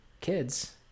kids